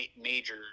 major –